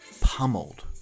pummeled